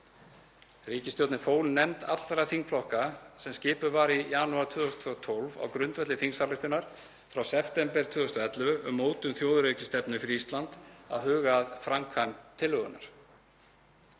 Ríkisstjórnin fól nefnd allra þingflokka sem skipuð var í janúar 2012 á grundvelli þingsályktunar frá september 2011 um mótun þjóðaröryggisstefnu fyrir Ísland að huga að framkvæmd tillögunnar.